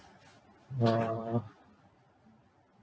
uh